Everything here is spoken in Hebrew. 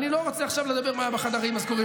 ואני לא רוצה לדבר עכשיו על מה היה בחדרים הסגורים,